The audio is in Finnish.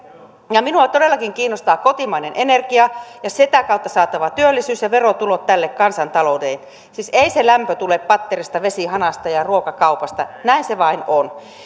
ja minua todellakin kiinnostaa kotimainen energia ja sitä kautta saatava työllisyys ja verotulot tälle kansantaloudelle siis ei se lämpö tule patterista vesi hanasta eikä ruoka kaupasta näin se vain on